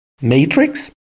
matrix